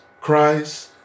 Christ